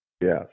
Yes